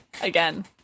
Again